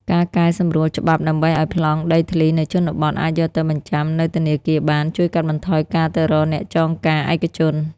ការកែសម្រួលច្បាប់ដើម្បីឱ្យប្លង់ដីធ្លីនៅជនបទអាចយកទៅបញ្ចាំនៅធនាគារបាន ជួយកាត់បន្ថយការទៅរកអ្នកចងការឯកជន។